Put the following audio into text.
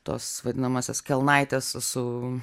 tas vadinamąsias kelnaites su